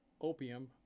opium